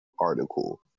article